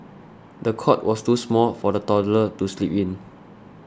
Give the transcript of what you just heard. the cot was too small for the toddler to sleep in